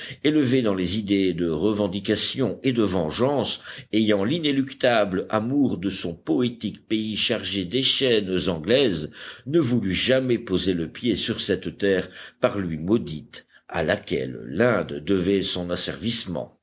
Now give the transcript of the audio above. élevé dans les idées de revendication et de vengeance ayant l'inéluctable amour de son poétique pays chargé des chaînes anglaises ne voulut jamais poser le pied sur cette terre par lui maudite à laquelle l'inde devait son asservissement